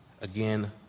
Again